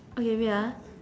okay wait ah